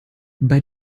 bei